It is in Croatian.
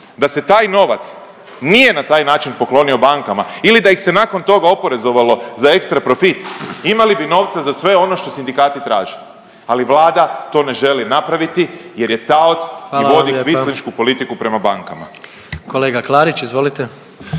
da se taj novac nije na taj način poklonio bankama ili da ih se nakon toga oporezovalo za ekstra profit, imali bi novca za sve ono što sindikati traže. Ali Vlada to ne želi napraviti jer je taoc …/Upadica predsjednik: Hvala vam lijepa./… i vodi